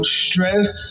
stress